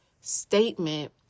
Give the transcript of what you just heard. statement